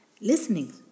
listening